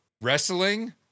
wrestling